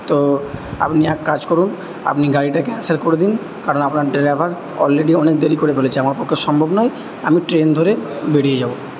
তো আপনি এক কাজ করুন আপনি গাড়িটা ক্যানসেল করে দিন কারণ আপনার ড্রাইভার অলরেডি অনেক দেরি করে ফেলেছে আমার পক্ষে সম্ভব নয় আমি ট্রেন ধরে বেরিয়ে যাবো